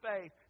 faith